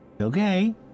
Okay